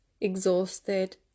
exhausted